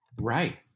Right